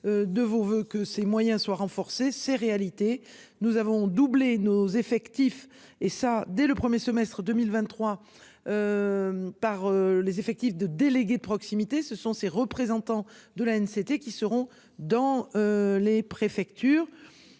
De vos voeux que ces moyens soient renforcées ces réalités, nous avons doublé nos effectifs et ça dès le 1er semestre 2023. Par les effectifs de délégués de proximité, ce sont ces représentants de la haine. C'était qui seront dans. Les préfectures